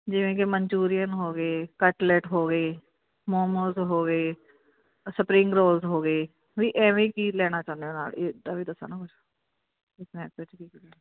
ਜਿਵੇਂ ਕਿ ਮਨਚੂਰੀਅਨ ਹੋ ਗਏ ਕੱਟਲੈਟ ਹੋ ਗਏ ਮੋਮੋਸ ਹੋ ਗਏ ਸਪਰਿੰਗ ਰੋਲਸ ਹੋ ਗਏ ਵੀ ਇਵੇਂ ਕੀ ਲੈਣਾ ਚਾਹੁੰਦੇ ਹੋ ਨਾਲ ਇਹ ਵੀ ਦੱਸੋ ਨਾ ਕੁਝ ਸਨੈਕਸ ਵਿੱਚ ਕੀ ਕੁਝ ਲੈਣਾ